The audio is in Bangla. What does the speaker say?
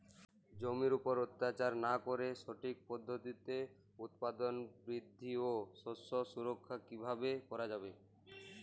জমির উপর অত্যাচার না করে সঠিক পদ্ধতিতে উৎপাদন বৃদ্ধি ও শস্য সুরক্ষা কীভাবে করা যাবে?